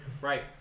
Right